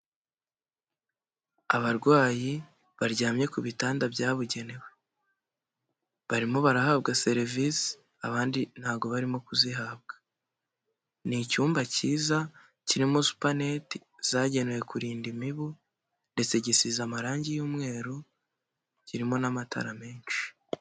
Abarwayi baryamye ku bitanda byabugenewe, barimo barahabwa serivisi, abandi ntabwo barimo kuzihabwa, ni icyumba cyiza kirimo supanete zagenewe kurinda imibu ndetse gisize amarangi y'umweru, kirimo n'amatara menshi.